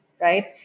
right